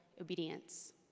obedience